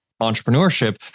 entrepreneurship